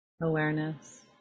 awareness